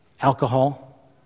alcohol